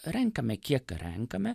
renkame kiek renkame